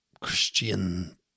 Christian